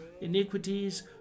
iniquities